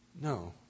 No